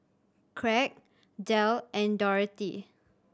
Kraig Del and Dorathy